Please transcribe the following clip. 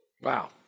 Wow